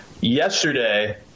yesterday